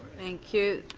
thank you.